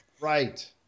Right